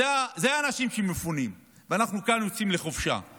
אלה האנשים שמפונים, ואנחנו כאן יוצאים לחופשה,